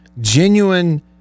genuine